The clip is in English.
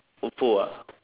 ofo ah